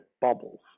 bubbles